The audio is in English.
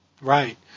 Right